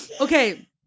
okay